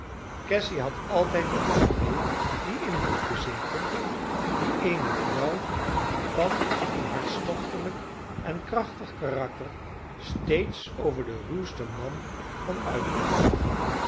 cassy had altijd op legree dien invloed bezeten dien eene vrouw van een hartstochtelijk en krachtig karakter steeds over den ruwsten man kan uitoefenen